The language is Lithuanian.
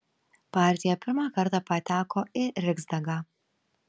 partija pirmą kartą pateko į riksdagą